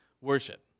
worship